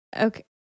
Okay